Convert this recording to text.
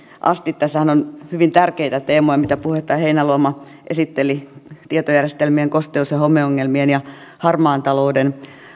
asti tässähän on hyvin tärkeitä teemoja mitä puheenjohtaja heinäluoma esitteli tietojärjestel mien kosteus ja homeongelmien ja harmaan talouden